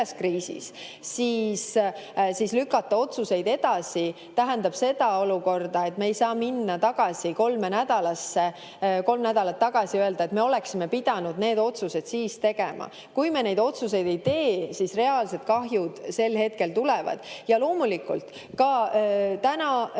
siis lükata otsuseid edasi tähendab seda olukorda, et me ei saa minna kolm nädalat tagasi ja öelda, et me oleksime pidanud need otsused siis tegema. Kui me neid otsuseid ei tee, siis reaalsed kahjud sel hetkel tulevad. Ja loomulikult, ka täna